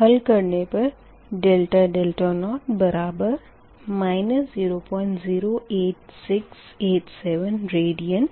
हल करने पर ∆0 बराबर 008687 रेडियन